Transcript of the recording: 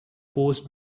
post